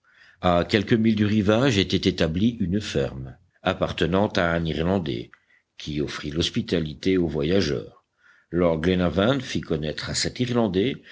à quelques milles du rivage était établie une ferme appartenant à un irlandais qui offrit l'hospitalité aux voyageurs lord glenarvan fit connaître à cet irlandais